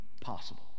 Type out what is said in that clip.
possible